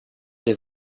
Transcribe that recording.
des